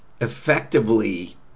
effectively